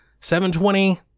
720